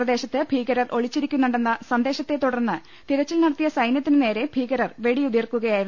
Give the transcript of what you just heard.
പ്രദേശത്ത് ഭീകരർ ഒളിച്ചിരി ക്കുന്നുണ്ടെന്ന സന്ദേശത്തെ തുടർന്ന് തിരച്ചിൽ നടത്തിയ സൈന്യത്തിന് നേരെ ഭീകരർ വെടിയുതിർക്കുകയായിരുന്നു